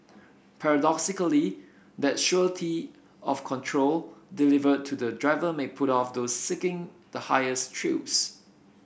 paradoxically that surety of control delivered to the driver may put off those seeking the highest thrills